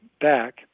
back